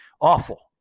awful